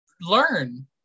learn